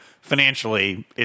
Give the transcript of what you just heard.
financially